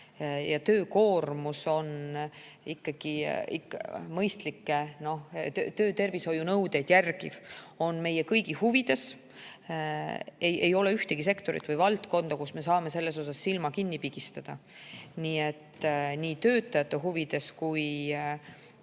ja töökoormus on ikkagi mõistlikke töötervishoiunõudeid järgiv, on meie kõigi huvides. Ei ole ühtegi sektorit või valdkonda, kus me saaksime selles asjas silma kinni pigistada. Nii töötajate huvides ja